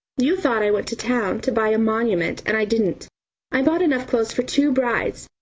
you thought i went to town to buy a monument, and i didn't i bought enough clothes for two brides,